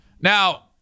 Now